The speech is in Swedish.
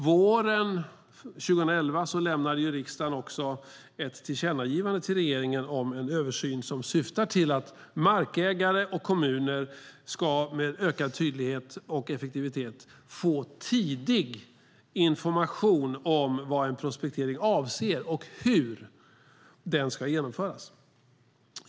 Våren 2011 lämnade riksdagen också ett tillkännagivande till regeringen om en översyn som syftar till att markägare och kommuner med ökad tydlighet och effektivitet ska få tidig information om vad en prospektering avser och hur den ska genomföras.